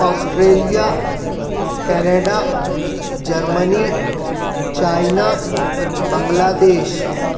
Australia Canada Germany China بنگلہ دیش